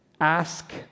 Ask